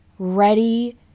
ready